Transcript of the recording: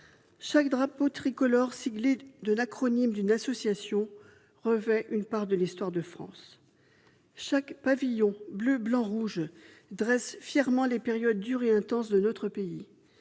Chaque drapeau tricolore siglé de l'acronyme d'une association reflète une part de l'histoire de France. Chaque pavillon bleu-blanc-rouge évoque fièrement les épreuves dures et intenses traversées